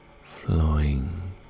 flowing